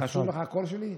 חשוב לך הקול שלי?